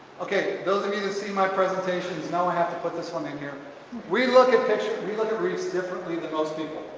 okay those of you to see my presentations now i have to put this one in. here we look at picture we look at reefs differently than most people.